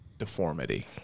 deformity